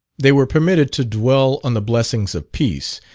they were permitted to dwell on the blessings of peace,